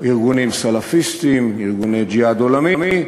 ארגונים סלפיסטיים, ארגוני ג'יהאד עולמי,